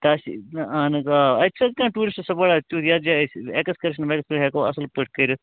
کیٛاہ چھُ آہَن حظ آ اَتہِ چھا کانٛہہ ٹوٗرسِٹ سُپاٹ تِیُتھ یتھ جایہِ أسۍ ایٚکسکرٛشن ویٚکسکرٛشن ہیٚکَو اَصٕل پٲٹھۍ کٔرِتھ